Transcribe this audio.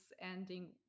ending